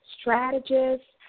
strategist